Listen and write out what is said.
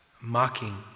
mocking